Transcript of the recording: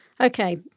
Okay